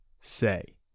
say